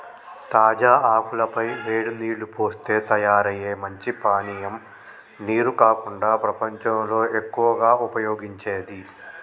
తాజా ఆకుల పై వేడి నీల్లు పోస్తే తయారయ్యే మంచి పానీయం నీరు కాకుండా ప్రపంచంలో ఎక్కువగా ఉపయోగించేది